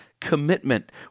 commitment